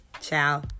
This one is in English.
Ciao